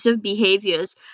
behaviors